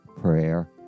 prayer